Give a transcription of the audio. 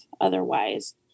otherwise